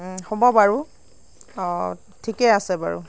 হ'ব বাৰু অঁ ঠিকেই আছে বাৰু